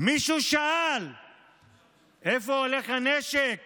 מישהו שאל לאיפה הולך הנשק